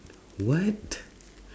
what